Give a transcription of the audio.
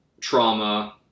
trauma